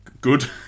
Good